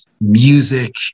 music